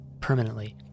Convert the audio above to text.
permanently